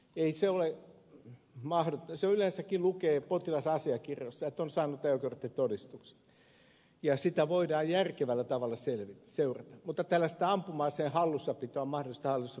ei se ole ei mahdu se yleensäkin lukee potilasasiakirjoissa että on saanut ajokorttitodistuksen ja sitä voidaan järkevällä tavalla seurata mutta tällaista ampuma aseen mahdollista hallussapitoa ei pystytä seuraamaan